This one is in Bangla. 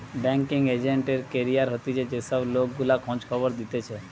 বেংকিঙ এজেন্ট এর ক্যারিয়ার হতিছে যে সব লোক গুলা খোঁজ খবর দিতেছে